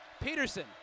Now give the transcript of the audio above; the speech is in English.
Peterson